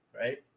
right